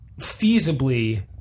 feasibly